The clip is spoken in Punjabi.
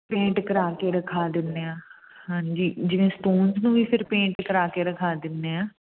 ਪੇਂਟ ਕਰਾ ਕੇ ਰਖਾ ਦਿੰਦੇ ਹਾਂ ਹਾਂਜੀ ਜਿਵੇਂ ਸਪੂਨਸ ਨੂੰ ਵੀ ਫਿਰ ਪੇਂਟ ਕਰਾ ਕੇ ਰਖਾ ਦਿੰਦੇ ਹਾਂ